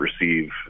receive